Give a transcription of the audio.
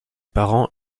parents